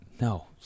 No